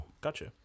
Gotcha